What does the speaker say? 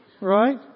Right